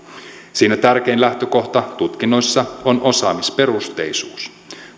siinä tärkein lähtökohta tutkinnoissa on osaamisperusteisuus